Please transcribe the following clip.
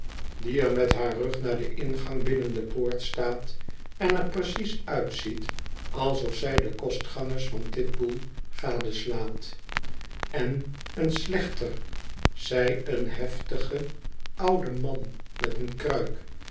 die met haar rug naar den ingang binnen de poort staat en er precies uitziet alsof zij de kostgangers van titbull gadeslaat en oen slechter zei een heftige oude man met een kruik